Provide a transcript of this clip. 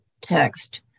text